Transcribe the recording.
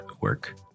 work